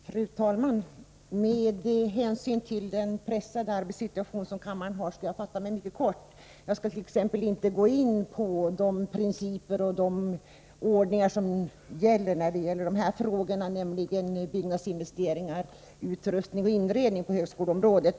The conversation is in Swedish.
Fru talman! Med hänsyn till kammarens pressade arbetssituation skall jag fatta mig mycket kort. Jag skall inte gå in på de principer och den ordning som gäller i dessa frågor om byggnadsinvesteringar, utrustning och inredning på högskoleområdet.